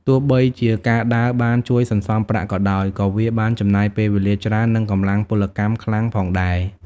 ទោះបីជាការដើរបានជួយសន្សំប្រាក់ក៏ដោយ ក៏វាបានចំណាយពេលវេលាច្រើននិងកម្លាំងពលកម្មខ្លាំងផងដែរ។